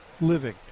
living